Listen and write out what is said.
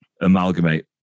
amalgamate